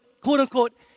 quote-unquote